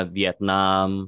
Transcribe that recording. vietnam